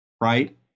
right